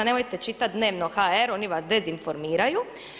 Nemojte čitati DNEVNO.hr oni vas dezinformiraju.